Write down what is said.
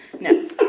No